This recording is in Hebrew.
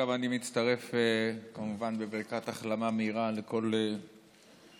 גם אני מצטרף בברכת החלמה מהירה לכל החולים,